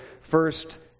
first